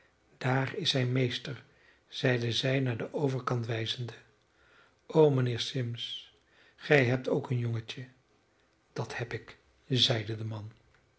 daar is zijn meester zeide zij naar den overkant wijzende o mijnheer symmes gij hebt ook een jongetje dat heb ik zeide de man